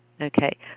Okay